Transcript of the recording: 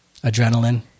adrenaline